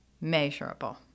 measurable